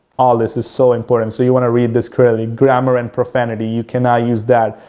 all this is so important. so, you want to read this clearly. grammar and profanity, you cannot use that,